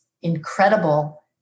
incredible